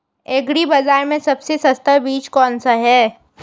Agree बाज़ार में सबसे सस्ता बीज कौनसा है?